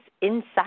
inside